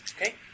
Okay